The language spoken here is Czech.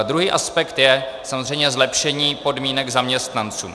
Druhý aspekt je samozřejmě zlepšení podmínek zaměstnancům.